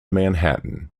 manhattan